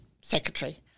secretary